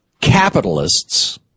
capitalists